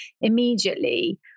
immediately